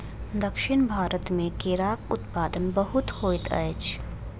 दक्षिण भारत मे केराक उत्पादन बहुत होइत अछि